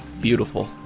beautiful